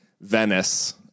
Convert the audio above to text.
Venice